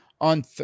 On